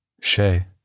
Shay